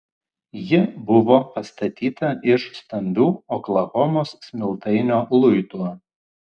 ji buvo pastatyta iš stambių oklahomos smiltainio luitų